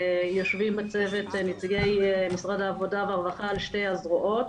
יושבים בצוות נציגי משרד העבודה והרווחה על שתי הזרועות.